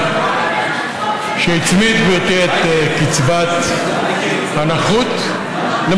שהובילה את הנושא הזה